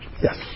yes